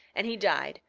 and he died,